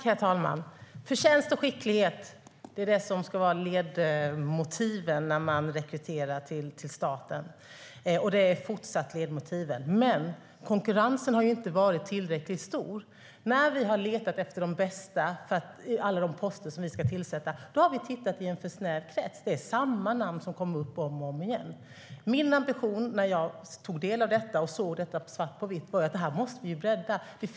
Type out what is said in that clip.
Herr talman! Förtjänst och skicklighet är det som ska vara ledmotivet när man rekryterar till staten, och det är fortsatt ledmotivet. Men konkurrensen har inte varit tillräckligt stor. När vi har letat efter de bästa till alla de poster som vi ska tillsätta har vi tittat i en för snäv krets. Det är samma namn som kommer upp om och om igen. Efter att jag tagit del av detta och sett det svart på vitt var min ambition att bredda det.